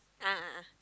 a'ah a'ah